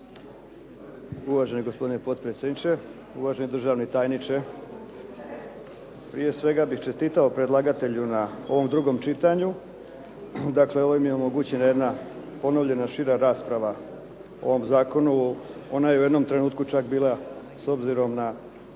Uvaženi gospodine potpredsjedniče, uvaženi državni tajniče. Prije svega bih čestitao predlagatelju na ovom drugom čitanju. Dakle, ovim je omogućena jedna ponovljena šira rasprava o ovom zakonu. Ona je u jednom trenutku čak bila s obzirom na